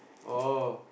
oh